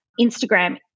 Instagram